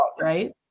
right